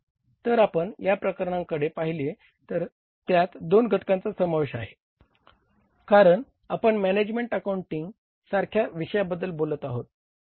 तर आपण या प्रकरणांकडे पाहिले तर त्यात दोन घटकांचा समावेश आहे कारण आपण मॅनेजमेंट अकाउंटिंग सारख्या विषयाबद्दल बोलत आहोत